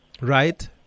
right